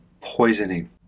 poisoning